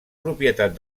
propietat